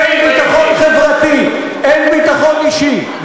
אין ביטחון חברתי, אין ביטחון אישי.